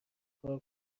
کار